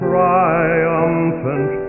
Triumphant